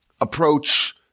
approach